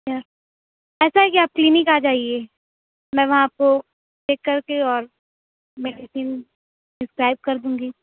اچھا ایسا ہے کہ آپ کلینک آ جائیے میں وہاں آپ کو چیک کر کے اور میڈیسین ڈسکرائب کر دوں گی